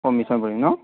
অঁ মিছন পট্টি ন